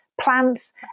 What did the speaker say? plants